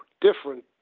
different